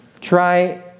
try